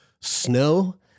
snow